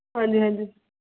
ਹਾਂਜੀ ਹਾਂਜੀ